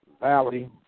Valley